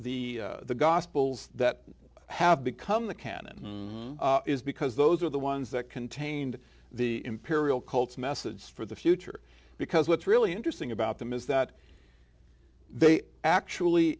that the gospels that have become the canon is because those are the ones that contained the imperial cults message for the future because what's really interesting about them is that they actually